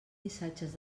missatges